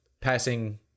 passing